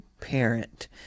parent